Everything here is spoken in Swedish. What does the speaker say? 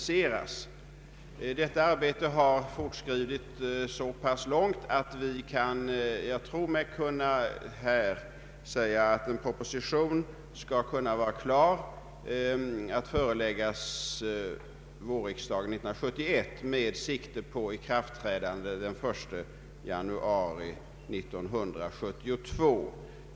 Detta arbete har fortskridit så pass långt att jag tror mig här våga säga att en proposition skall kunna vara klar att föreläggas vårriksdagen 1971, med sikte på ikraftträdande den 1 januari 1972.